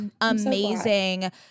amazing